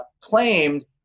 claimed